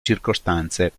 circostanze